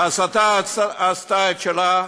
ההסתה עשתה את שלה,